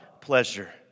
pleasure